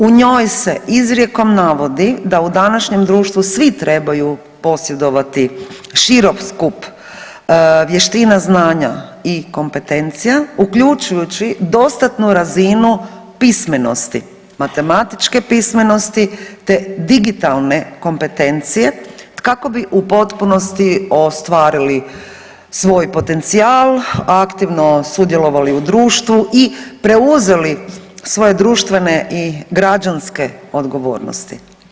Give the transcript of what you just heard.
U njoj se izrijekom navodi da u današnjem društvu svi trebaju posjedovati širok skup vještina, znanja i kompetencija uključujući dostatnu razinu pismenosti, matematičke pismenosti te digitalne kompetencije kako bi u potpunosti ostvarili svoj potencijal, aktivno sudjelovali u društvu i preuzeli svoje društvene i građanske odgovornosti.